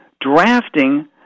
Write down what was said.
drafting